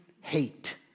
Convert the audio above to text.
hate